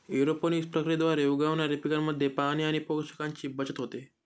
aeroponics प्रक्रियेद्वारे उगवणाऱ्या पिकांमध्ये पाणी आणि पोषकांची बचत होते